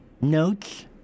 notes